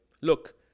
look